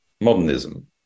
modernism